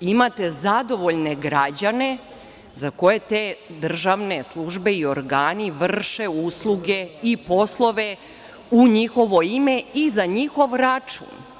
imate zadovoljne građane, za koje te državne službe i organi vrše usluge i poslove u njihovo ime i za njihov račun.